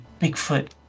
Bigfoot